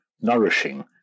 nourishing